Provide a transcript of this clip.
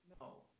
No